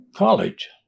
college